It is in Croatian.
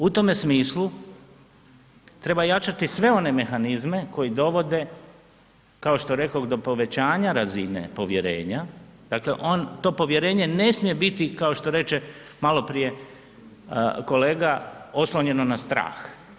U tome smislu treba jačati sve one mehanizme koji dovode, kao što rekoh, do povećanja razine povjerenja, dakle, on, to povjerenje ne smije biti kao što reče maloprije kolega, oslonjeno na strah.